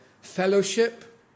fellowship